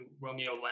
Romeo